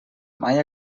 mai